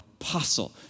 apostle